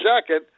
second